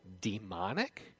demonic